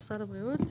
משרד הבריאות.